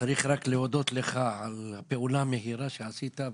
צריך רק להודות לך על פעולה מהירה שעשית,